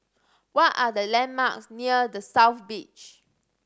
what are the landmarks near The South Beach